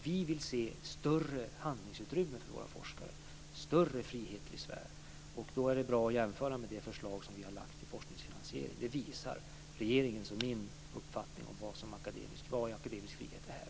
Vi vill se större handlingsutrymme och större frihet för våra forskare. Det är då bra att jämföra med det förslag till forskningsfinansiering som vi har lagt fram. Det visar regeringens och min uppfattning om vad akademisk frihet är.